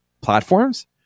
platforms